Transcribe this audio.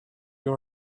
you